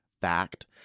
fact